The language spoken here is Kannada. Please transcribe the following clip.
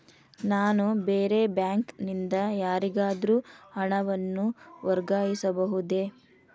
ನಾನು ಬೇರೆ ಬ್ಯಾಂಕ್ ನಿಂದ ಯಾರಿಗಾದರೂ ಹಣವನ್ನು ವರ್ಗಾಯಿಸಬಹುದೇ?